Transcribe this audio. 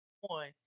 one